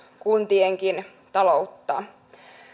kuntienkin taloutta